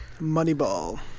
Moneyball